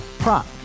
Prop